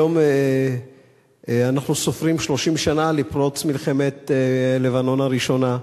היום אנחנו סופרים 30 שנה לפרוץ מלחמת לבנון הראשונה.